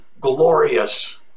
glorious